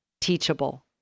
teachable